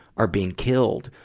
are being killed.